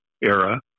era